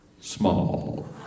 Small